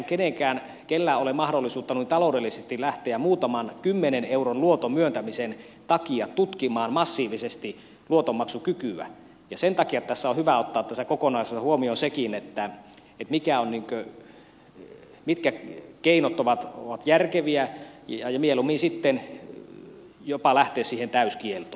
eihän kenelläkään ole mahdollisuutta noin taloudellisesti lähteä muutaman kymmenen euron luoton myöntämisen takia tutkimaan massiivisesti luotonmaksukykyä ja sen takia on hyvä ottaa tässä kokonaisuudessa huomioon sekin mitkä keinot ovat järkeviä ja mieluummin sitten jopa lähteä siihen täyskieltoon